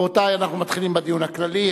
רבותי, אנחנו מתחילים בדיון הכללי.